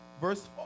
verse